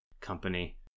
company